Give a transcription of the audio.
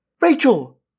Rachel